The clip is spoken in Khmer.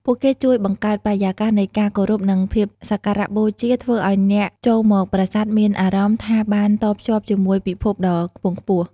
ពួកគេជួយបង្កើតបរិយាកាសនៃការគោរព និងភាពសក្ការៈបូជា ធ្វើឱ្យអ្នកចូលមកប្រាសាទមានអារម្មណ៍ថាបានតភ្ជាប់ជាមួយពិភពដ៏ខ្ពង់ខ្ពស់។